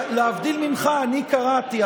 להבדיל ממך, אני קראתי.